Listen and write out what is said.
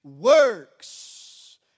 works